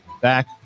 back